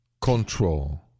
control